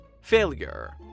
Failure